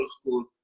school